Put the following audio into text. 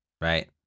right